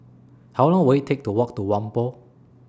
How Long Will IT Take to Walk to Whampoa